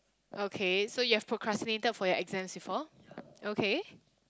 okay so you have procrastinated for your exams before okay